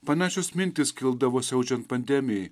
panašios mintys kildavo siaučiant pandemijai